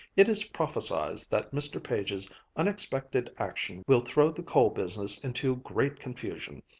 it is prophesied that mr. page's unexpected action will throw the coal business into great confusion.